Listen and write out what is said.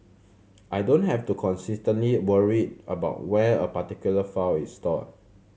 I don't have to constantly worry about where a particular file is stored